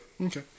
Okay